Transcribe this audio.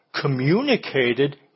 communicated